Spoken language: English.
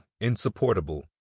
insupportable